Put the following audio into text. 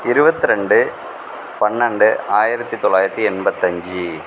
இருபத்திரெண்டு பன்னெண்டு ஆயிரத்தி தொள்ளாயிரத்தி எண்பத்தஞ்சு